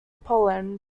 poland